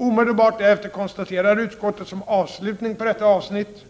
Omedelbart därefter konstaterade utskottet, som avslutning på detta avsnitt,